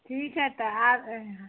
ठीक है तो आ रहें हैं